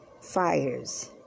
fires